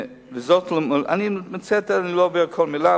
אני לא אומר כל מלה,